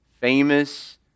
famous